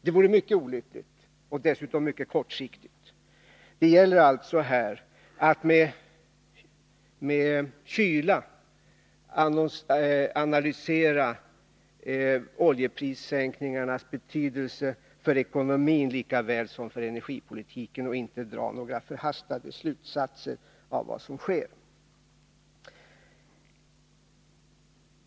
Det vore mycket olyckligt och dessutom mycket kortsiktigt. Det gäller alltså här att med kyla analysera oljeprissänkningarnas betydelse för ekonomin lika väl som för energipolitiken och att inte dra några förhastade slutsatser av vad som sker.